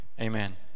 Amen